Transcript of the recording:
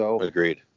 Agreed